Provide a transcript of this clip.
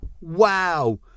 Wow